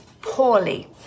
poorly